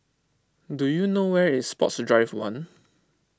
do you know where is Sports Drive one